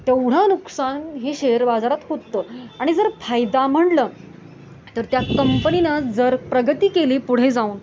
तेवढं नुकसान हे शेअर बाजारात होतं आणि जर फायदा म्हणलं तर त्या कंपनीनं जर प्रगती केली पुढे जाऊन